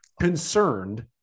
concerned –